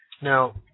Now